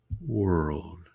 world